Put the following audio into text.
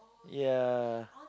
yeah